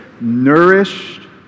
nourished